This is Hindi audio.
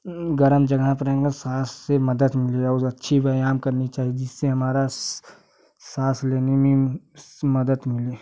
गर्म जगह पे रहेंगे साँस से मदद मिलेगा और अच्छी व्यायाम करनी चाहिए जिससे हमारा साँस लेने में मदद मिले